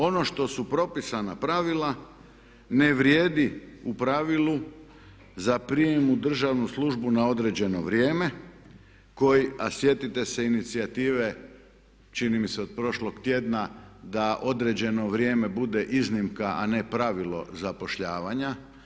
Ono što su propisana pravila ne vrijedi u pravilu za prijem u državnu službu na određeno vrijeme a sjetite se inicijative čini mi se od prošlog tjedna da određeno vrijeme bude iznimka a ne pravilo zapošljavanja.